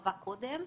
ביחס לבנקים.